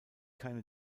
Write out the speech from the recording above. keine